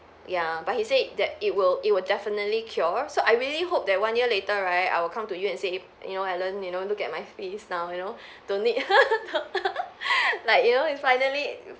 ya but he said that it will it will definitely cure so I really hope that one year later right I will come to you and say you know alan you know look at my face now you know don't need like you know it's finally